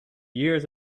years